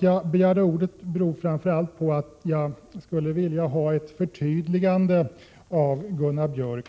Jag begärde ordet framför allt därför att jag skulle vilja ha ett förtydligande av Gunnar Björk.